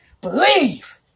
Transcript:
Believe